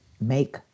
make